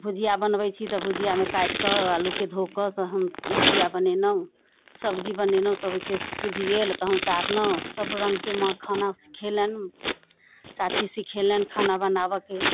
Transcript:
भुजिया बनबै छी तऽ भुजियामे काटिकऽ आलूके धो कऽ सहन भुजिया बनेनहुँ सब्जी बनेनहुँ तबके सिध गेल तहन उतारनौ सभ रङ्गके माँ खाना सिखेलनि चाची सिखेलनि खाना बनाबऽके